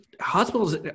Hospital's